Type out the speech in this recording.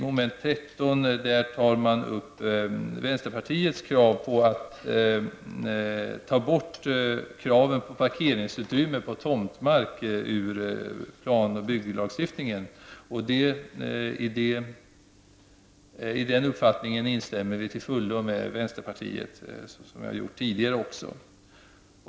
Mom. 13 gäller vänsterpartiets förslag att kraven på parkeringsutrymme på tomtmark skall tas bort ur plan och bygglagsstiftningen. Vi instämmer här till fullo i vänsterpartiets uppfattning, liksom vi har gjort tidigare.